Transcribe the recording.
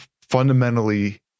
fundamentally